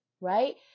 right